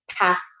past